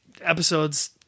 episodes